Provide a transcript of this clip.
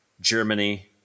Germany